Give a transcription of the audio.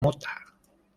mota